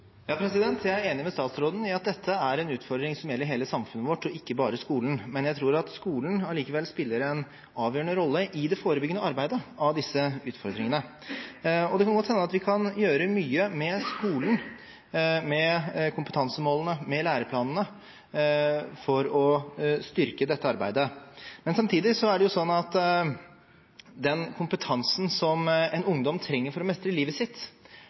Jeg er enig med statsråden i at dette er en utfordring som gjelder hele samfunnet vårt og ikke bare skolen, men jeg tror at skolen likevel spiller en avgjørende rolle i det forebyggende arbeidet med disse utfordringene. Det kan godt hende at vi kan gjøre mye med skolen, med kompetansemålene, med læreplanene, for å styrke dette arbeidet. Men samtidig er det sånn at den kompetansen som en ungdom trenger for å mestre livet sitt,